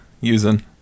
using